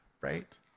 right